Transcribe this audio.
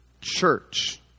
church